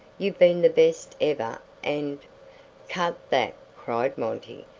you've been the best ever and cut that, cried monty,